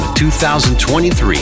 2023